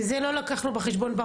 זה לא לקחנו בחשבון,